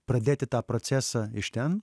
pradėti tą procesą iš ten